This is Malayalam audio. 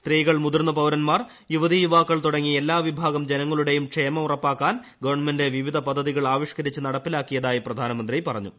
സ്ത്രീകൾ മുതിർന്ന പൌരൻമാർ യുവതീ യുവാക്കൾ തുടങ്ങി എല്ലാ വിഭാഗങ്ങളുടെയും ക്ഷേമം ഉറപ്പാക്കാൻ ഗവൺമെന്റ വിവിധ പദ്ധതികൾ ആവിഷ്ക്കരിച്ച് നടപ്പിലാക്കിയതായി പ്രധാനമന്ത്രി പറഞ്ഞു